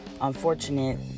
unfortunate